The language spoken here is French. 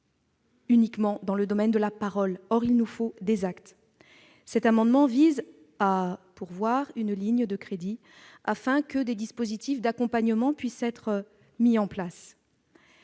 uniquement de l'ordre de la parole. Or il nous faut des actes. Cet amendement vise à pourvoir une ligne de crédits afin que des dispositifs d'accompagnement puissent être mis en place.